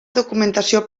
documentació